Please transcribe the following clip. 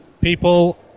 People